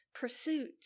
pursuit